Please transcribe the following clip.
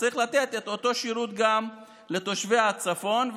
צריך לתת את אותו שירות גם לתושבי הצפון,